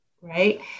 right